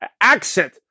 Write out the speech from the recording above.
accent